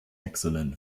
excellent